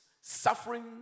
suffering